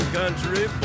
country